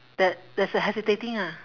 that there's a hesitating ah